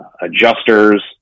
adjusters